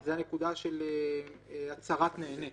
זו הנקודה של הצהרת נהנה.